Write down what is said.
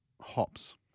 hops